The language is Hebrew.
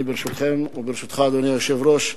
ברשותכם, וברשותך, אדוני היושב-ראש,